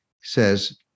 says